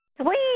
Sweet